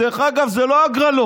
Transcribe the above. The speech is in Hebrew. דרך אגב, אלו לא הגרלות,